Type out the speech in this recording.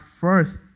first